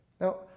Now